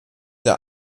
der